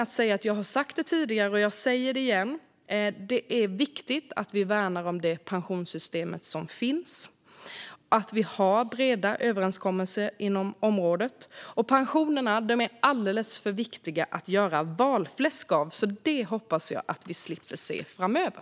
Jag har sagt detta tidigare, och jag säger det igen: Det är viktigt att värna det pensionssystem som finns och att vi har breda överenskommelser på området. Pensionerna är alldeles för viktiga för att göra valfläsk av, så det hoppas jag att vi slipper se framöver.